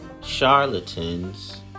charlatans